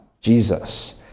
Jesus